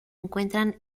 encuentran